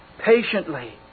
patiently